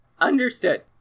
Understood